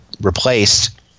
replaced